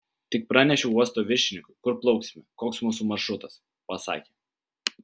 tik pranešiau uosto viršininkui kur plauksime koks mūsų maršrutas pasakė